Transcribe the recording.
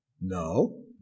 No